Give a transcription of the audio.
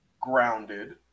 grounded